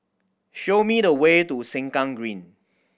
show me the way to Sengkang Green